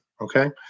okay